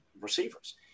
receivers